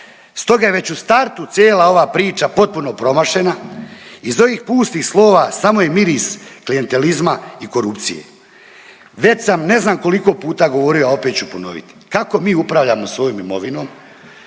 stoga je već u startu cijela ova priča potpuno promašena, iz ovih pustih slova samo je miris klijentelizma i korupcije. Već sam ne znam koliko puta govorio, a opet ću ponoviti. Kako mi upravljamo svojom imovinom,